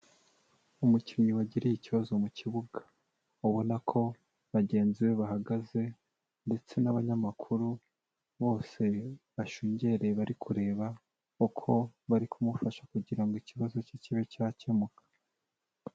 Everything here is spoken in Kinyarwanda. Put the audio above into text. Umukinnyi wagiriye ikibazo mu kibuga, ubona ko bagenzi be bahagaze ndetse n'abanyamakuru bose bashungereye bari kureba uko bari kumufasha kugira ngo ikibazo ke kibe cyakemuka.